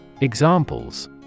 Examples